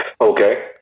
Okay